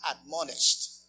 admonished